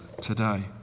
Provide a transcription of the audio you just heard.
today